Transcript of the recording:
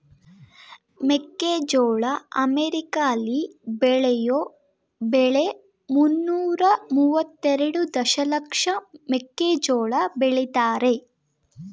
ಮೆಕ್ಕೆಜೋಳ ಅಮೆರಿಕಾಲಿ ಬೆಳೆಯೋ ಬೆಳೆ ಮುನ್ನೂರ ಮುವತ್ತೆರೆಡು ದಶಲಕ್ಷ ಮೆಕ್ಕೆಜೋಳ ಬೆಳಿತಾರೆ